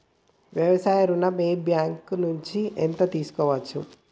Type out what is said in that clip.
వ్యవసాయ ఋణం ఏ బ్యాంక్ నుంచి ఎంత తీసుకోవచ్చు?